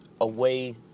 away